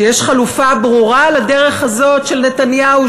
שיש חלופה ברורה לדרך הזאת של נתניהו,